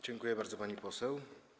Dziękuję bardzo, pani poseł.